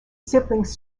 siblings